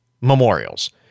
memorials